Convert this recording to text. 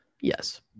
Yes